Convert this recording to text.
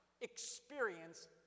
experience